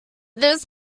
this